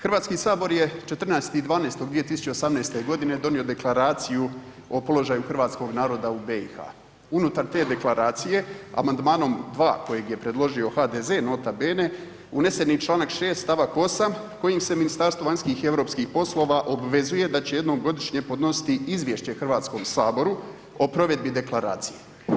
Hrvatski sabor je 14.12.2018. godine donio Deklaraciju o položaju hrvatskog naroda u BiH, unutar te deklaracije amandmanom 2 kojeg je predložio HDZ nota bene, unesen je čl. 6. st. 8. kojim se Ministarstvo vanjskih i europskih poslova obvezuje da će jednom godišnje podnositi izvješće Hrvatskom saboru o provedbi deklaracije.